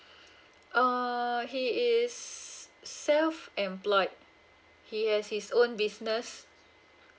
uh he is self employed he has his own business